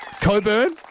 Coburn